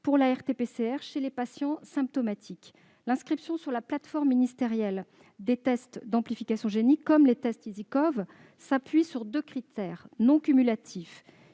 pour la RT-PCR chez les patients symptomatiques. L'inscription sur la plateforme ministérielle des tests d'amplification génique, comme les tests EasyCOV, s'appuie sur deux critères non cumulatifs